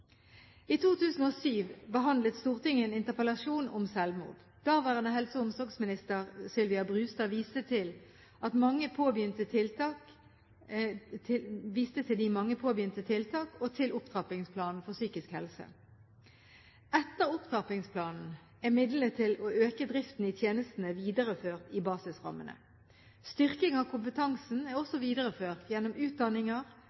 I 2007 behandlet Stortinget en interpellasjon om selvmord. Daværende helse- og omsorgsminister Sylvia Brustad viste til de mange påbegynte tiltak og til Opptrappingsplanen for psykisk helse. Etter opptrappingsplanen er midlene til å øke driften i tjenestene videreført i basisrammene. Styrking av kompetansen er